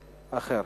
במועד אחר.